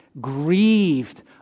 grieved